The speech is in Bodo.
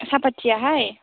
साफाथियाहाय